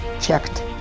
checked